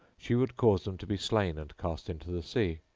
she would cause them to be slain and cast into the sea.